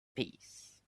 peace